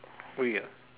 free ah